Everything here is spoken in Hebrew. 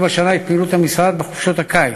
השנה את פעילות המשרד בחופשות הקיץ.